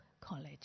College